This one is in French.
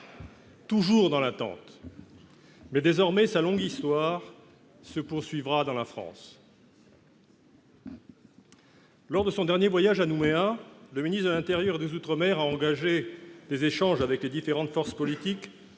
toujours dans l'attente, mais, désormais, sa longue histoire se poursuivra dans la France. Lors de son dernier voyage à Nouméa, le ministre de l'intérieur et des outre-mer a engagé avec les différentes forces politiques